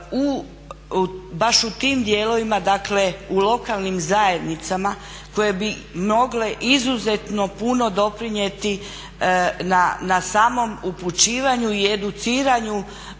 baš u tim dijelovima, dakle u lokalnim zajednicama mogle bi mogle izuzetno puno doprinijeti na samom upućivanju i educiranju